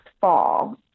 fall